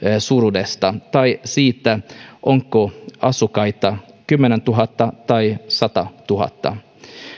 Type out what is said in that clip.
suuruudesta tai siitä onko asukkaita kymmenentuhatta tai satatuhatta